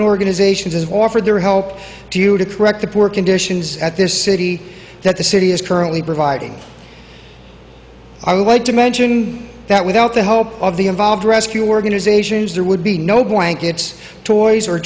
and organizations is offered their help to you to correct the poor conditions at this city that the city is currently providing i would like to mention that without the help of the involved rescue organizations there would be no blankets toys or